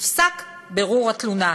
יופסק בירור התלונה".